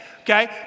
okay